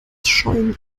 scheuen